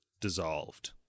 dissolved